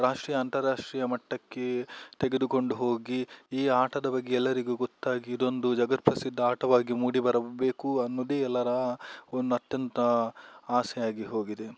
ರಾಷ್ಟ್ರೀಯ ಅಂತಾರಾಷ್ಟ್ರೀಯ ಮಟ್ಟಕ್ಕೆ ತೆಗೆದುಕೊಂಡು ಹೋಗಿ ಈ ಆಟದ ಬಗ್ಗೆ ಎಲ್ಲರಿಗೂ ಗೊತ್ತಾಗಿ ಇದೊಂದು ಜಗತ್ಪ್ರಸಿದ್ದ ಆಟವಾಗಿ ಮೂಡಿಬರಬೇಕು ಅನ್ನೋದೆ ಎಲ್ಲರ ಒಂದು ಅತ್ಯಂತ ಆಸೆ ಆಗಿ ಹೋಗಿದೆ